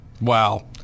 Wow